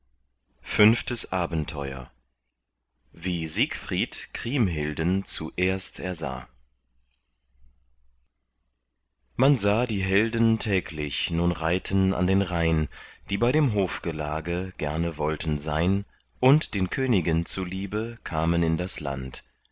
fünftes abenteuer wie siegfried kriemhilden zuerst ersah man sah die helden täglich nun reiten an den rhein die bei dem hofgelage gerne wollten sein und den königen zuliebe kamen in das land